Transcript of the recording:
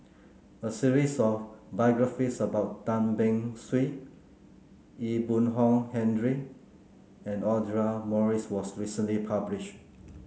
a series of biographies about Tan Beng Swee Ee Boon Kong Henry and Audra Morrice was recently published